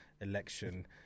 election